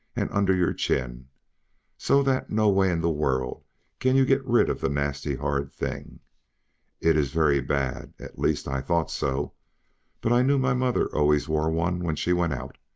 and under your chin so that no way in the world can you get rid of the nasty hard thing it is very bad! at least i thought so but i knew my mother always wore one when she went out,